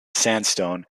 sandstone